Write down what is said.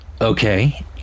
Okay